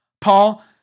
Paul